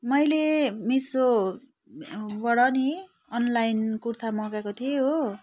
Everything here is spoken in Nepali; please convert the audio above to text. मैले मिसोबाट नि अनलाइन कुर्ता मगाएको थिएँ हो